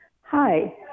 Hi